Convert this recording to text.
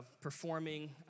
performing